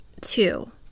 two